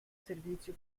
servizio